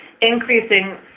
increasing